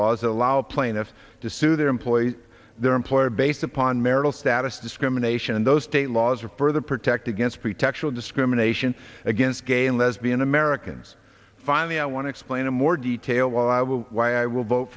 laws allow plaintiffs to sue their employees their employer based upon marital status discrimination and those state laws or further protect against protection of discrimination against gay and lesbian americans finally i want to explain in more detail i will why i will vote